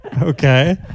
Okay